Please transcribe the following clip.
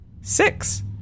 six